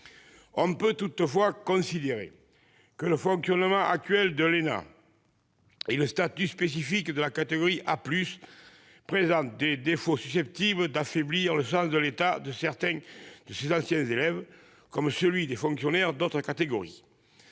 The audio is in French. On peut toutefois considérer que le fonctionnement actuel de l'ENA et le statut spécifique de la catégorie A+ présentent des défauts susceptibles d'affaiblir le sens de l'État de certains anciens élèves de cette école, comme celui des fonctionnaires d'autres catégories.